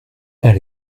elle